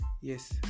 yes